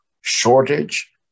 shortage